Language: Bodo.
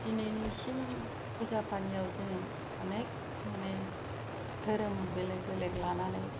दिनैसिम फुजा पानियाव जों अनेख माने धोरोम बेलेग बेलेग लानानै